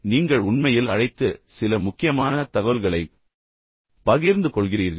அல்லது நீங்கள் உண்மையில் அழைத்து சில முக்கியமான தகவல்களைப் பகிர்ந்து கொள்கிறீர்கள்